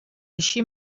així